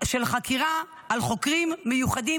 של החקירה על חוקרים מיוחדים,